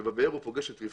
בבאר הוא פוגש את רבקה,